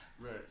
Right